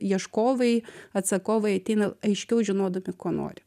ieškovai atsakovai ateina aiškiau žinodami ko nori